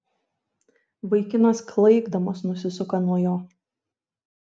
vaikinas klaikdamas nusisuka nuo jo